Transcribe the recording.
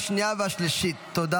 17 בעד, אחד נוכח, אין מתנגדים.